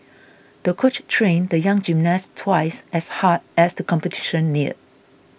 the coach trained the young gymnast twice as hard as the competition neared